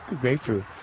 grapefruit